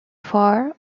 farr